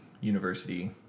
university